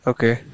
Okay